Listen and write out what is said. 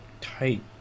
tight